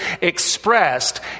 expressed